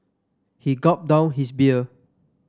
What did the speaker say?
he gulped down his beer